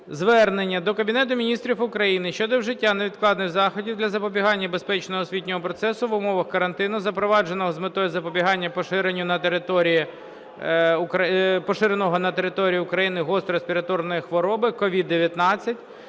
звернення до Кабінету Міністрів України щодо вживання невідкладних заходів для забезпечення безпечного освітнього процесу в умовах карантину, запровадженого з метою запобігання поширенню на території України гострої респіраторної хвороби COVID-19,